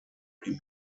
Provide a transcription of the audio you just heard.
had